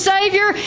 Savior